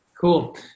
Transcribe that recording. Cool